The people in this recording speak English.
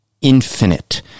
infinite